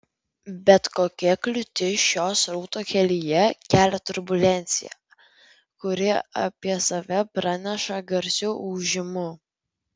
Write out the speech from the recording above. bet kokia kliūtis šio srauto kelyje kelia turbulenciją kuri apie save praneša garsiu ūžimu